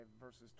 verses